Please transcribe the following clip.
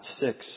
six